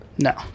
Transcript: No